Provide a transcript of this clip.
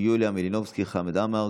יוליה מלינובסקי וחמד עמאר,